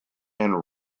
and